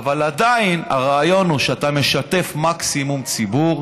אבל עדיין הרעיון הוא שאתה משתף מקסימום ציבור